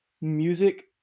music